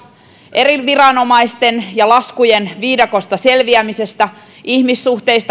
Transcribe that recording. eri viranomaisten ja laskujen viidakosta selviäminen ihmissuhteet